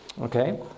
Okay